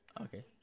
Okay